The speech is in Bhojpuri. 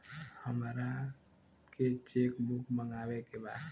हमारा के चेक बुक मगावे के बा?